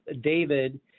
David